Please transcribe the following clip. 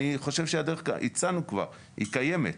אני חושב שהדרך הצענו כבר, היא קיימת.